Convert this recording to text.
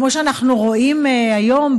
כמו שאנחנו רואים היום,